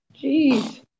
Jeez